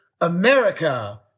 America